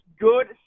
good